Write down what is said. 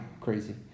crazy